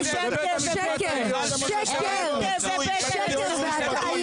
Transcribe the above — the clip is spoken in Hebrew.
זה שקר והטעיה.